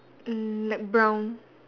mm like brown